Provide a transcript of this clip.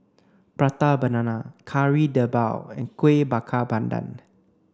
prata banana Kari Debal and Kuih Bakar Pandan